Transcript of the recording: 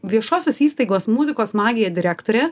viešosios įstaigos muzikos magija direktorę